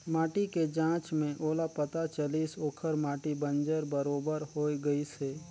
माटी के जांच में ओला पता चलिस ओखर माटी बंजर बरोबर होए गईस हे